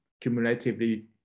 cumulatively